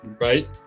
right